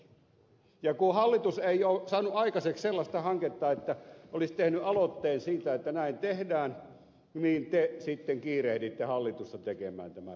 ja kun hallitus ei ole saanut aikaiseksi sellaista hanketta että olisi tehnyt aloitteen siitä että näin tehdään niin te sitten kiirehditte hallitusta tekemään tämän ratkaisun